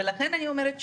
לכן אני אומרת שוב,